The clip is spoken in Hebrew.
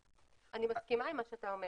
אני מסכימה עם מה שאתה אומר.